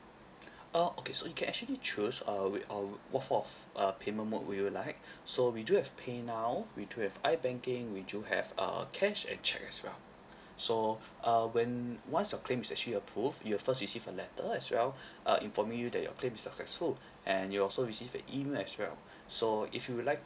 err okay so you can actually choose uh we uh what form of uh payment mode would you like so we do have paynow we do have ibanking we do have err cash and cheque as well so uh when once your claims is actually approved you will first receive a letter as well uh informing you that your claim is successful and you will also receive an email as well so if you would like